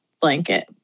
blanket